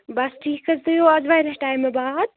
بَس ٹھیٖک حظ تُہۍ یور آز واریاہ ٹایمہِ باد